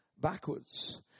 backwards